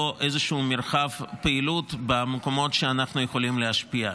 איזשהו מרחב פעילות במקומות שאנחנו יכולים להשפיע עליו.